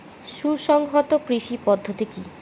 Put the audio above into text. সুসংহত কৃষি পদ্ধতি কি?